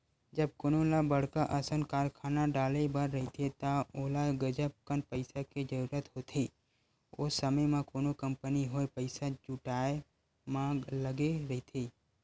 जब कोनो ल बड़का असन कारखाना डाले बर रहिथे त ओला गजब कन पइसा के जरूरत होथे, ओ समे म कोनो कंपनी होय पइसा जुटाय म लगे रहिथे